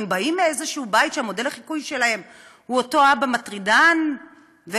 הם באים מאיזה בית שהמודל לחיקוי שלהם הוא אותו אבא מטרידן ומתעלל,